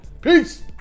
Peace